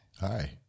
Hi